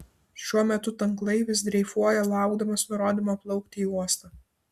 šiuo metu tanklaivis dreifuoja laukdamas nurodymo plaukti į uostą